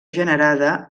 generada